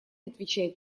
отвечает